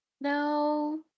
No